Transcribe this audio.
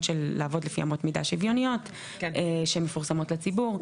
של לעבוד לפי אמות מידה שוויוניות שמפורסמות לציבור.